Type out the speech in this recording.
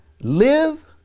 live